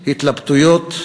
התלבטויות,